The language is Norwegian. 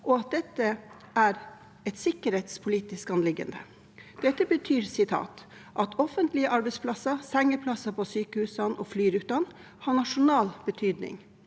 og at dette er et sikkerhetspolitisk anliggende. Dette betyr «at offentlige arbeidsplasser, sengeplasser på sykehusene og flyruter, har nasjonal betydning».